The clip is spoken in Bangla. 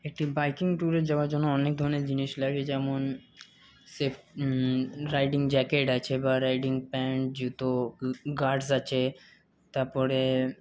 একটি বাইকিং ট্যুরে যাওয়ার জন্য অনেক ধরনের জিনিস লাগে যেমন সেফ রাইডিং জ্যাকেট আছে বা রাইডিং প্যান্ট জুতো গার্ডস আছে তারপরে